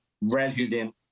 resident